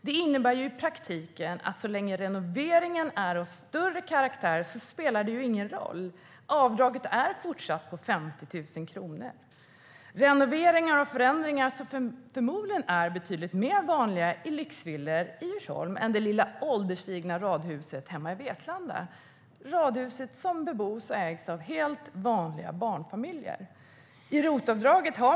Det innebär i praktiken att så länge renoveringen är av större karaktär spelar det ingen roll; avdraget är fortsatt på 50 000 kronor. Det är renoveringar och förändringar som förmodligen är betydligt mer vanliga i lyxvillor i Djursholm än i det lilla ålderstigna radhuset hemma i Vetlanda - radhuset som bebos och ägs av helt vanliga barnfamiljer.